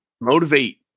motivate